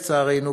לצערנו,